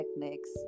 techniques